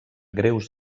greus